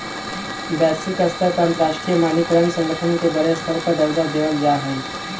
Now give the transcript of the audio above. वैश्विक स्तर पर अंतरराष्ट्रीय मानकीकरण संगठन के बडे स्तर पर दर्जा देवल जा हई